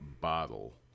bottle